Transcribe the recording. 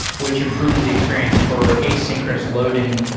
which improves the experience for asynchronous loading.